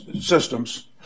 systems